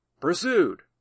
pursued